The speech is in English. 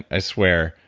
i swear.